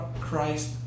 Christ